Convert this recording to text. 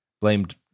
blamed